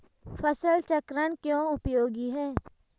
फसल चक्रण क्यों उपयोगी है?